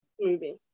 Movie